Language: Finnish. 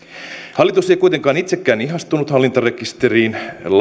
hallitus ei kuitenkaan itsekään ihastunut hallintarekisteriin